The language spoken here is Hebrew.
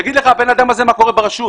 יגיד לך הבן אדם הזה מה קורה ברשות.